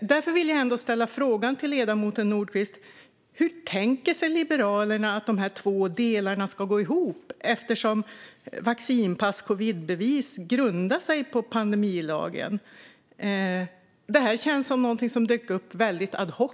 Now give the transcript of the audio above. Därför vill jag ställa frågan till ledamoten Nordquist: Hur tänker sig Liberalerna att de här två delarna ska gå ihop - vaccinpass och covidbevis grundar sig ju på pandemilagen? Det hela känns som något som dök upp väldigt ad hoc.